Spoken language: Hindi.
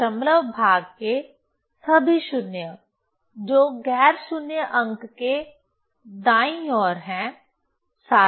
दशमलव भाग में सभी शून्य जो गैर शून्य अंक के दाईं ओर हैं सार्थक हैं